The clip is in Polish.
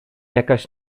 jakaś